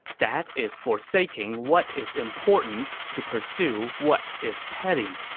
that is forsaking what is important to pursue what is petty.